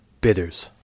Bitters